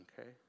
okay